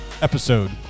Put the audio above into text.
episode